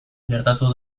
gertatu